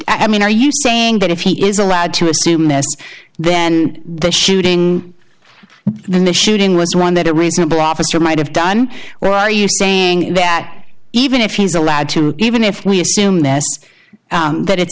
mean are you saying that if he is allowed to assume that then the shooting then the shooting was one that a reasonable officer might have done well are you saying that even if he's allowed to even if we assume there that it's